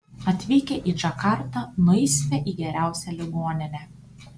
atvykę į džakartą nueisime į geriausią ligoninę